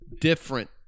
different